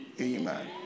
amen